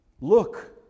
Look